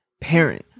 parent